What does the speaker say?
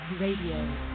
Radio